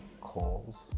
calls